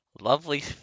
lovely